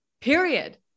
period